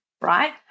right